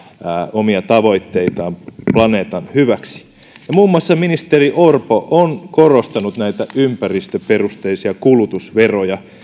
omia tavoitteitaan planeetan hyväksi muun muassa ministeri orpo on korostanut näitä ympäristöperusteisia kulutusveroja